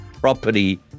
property